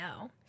no